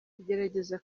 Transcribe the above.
kugerageza